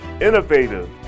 innovative